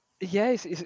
Yes